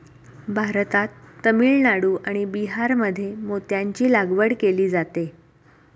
भारतात तामिळनाडू आणि बिहारमध्ये मोत्यांची लागवड केली जाते